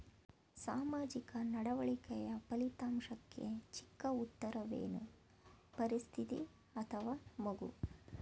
ಸಾಮಾಜಿಕ ನಡವಳಿಕೆಯ ಫಲಿತಾಂಶಕ್ಕೆ ಚಿಕ್ಕ ಉತ್ತರವೇನು? ಪರಿಸ್ಥಿತಿ ಅಥವಾ ಮಗು?